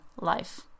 life